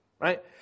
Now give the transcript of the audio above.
right